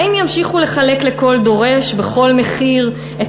האם ימשיכו לחלק לכל דורש בכל מחיר את